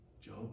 Job